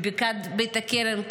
בבקעת בית הכרם.